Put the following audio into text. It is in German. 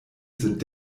sind